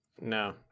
No